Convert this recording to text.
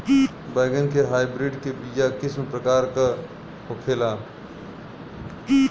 बैगन के हाइब्रिड के बीया किस्म क प्रकार के होला?